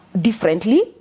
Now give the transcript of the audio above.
differently